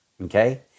Okay